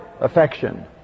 affection